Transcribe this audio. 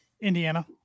indiana